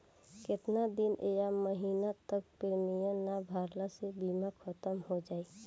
केतना दिन या महीना तक प्रीमियम ना भरला से बीमा ख़तम हो जायी?